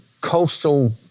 coastal